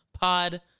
pod